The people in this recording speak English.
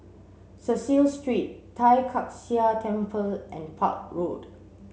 Cecil Street Tai Kak Seah Temple and Park Road